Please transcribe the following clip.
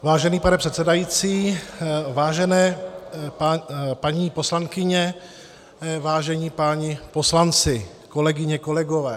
Vážený pane předsedající, vážené paní poslankyně, vážení páni poslanci, kolegyně, kolegové.